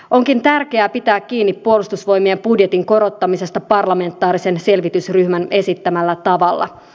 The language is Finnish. onkin tärkeää pitää kiinni puolustusvoimien budjetin korottamisesta parlamentaarisen selvitysryhmän esittämällä tavalla